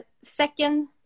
second